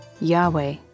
Yahweh